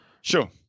Sure